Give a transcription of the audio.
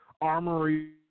armory